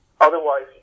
Otherwise